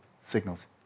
signals